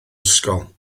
ysgol